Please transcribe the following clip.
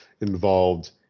involved